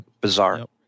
bizarre